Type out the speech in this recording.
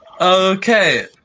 Okay